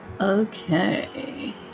Okay